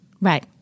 Right